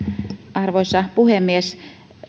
arvoisa puhemies